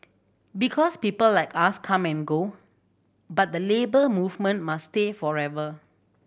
because people like us come and go but the Labour Movement must stay forever